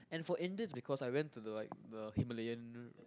and for Indians because I went to the like the Himalayan